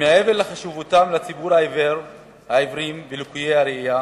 שמעבר לחשיבותם לציבור העיוורים ולקויי הראייה